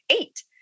eight